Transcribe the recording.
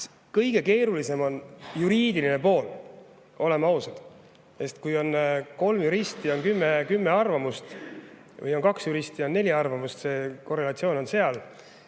Kõige keerulisem on juriidiline pool. Oleme ausad. Sest kus on kolm juristi, seal on kümme arvamust, või on kaks juristi ja on neli arvamust – see korrelatsioon on umbes